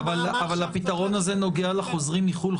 מה עכשיו --- אבל הפתרון הזה נוגע לחוזרים מחו"ל,